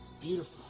Beautiful